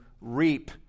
reap